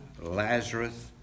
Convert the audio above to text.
Lazarus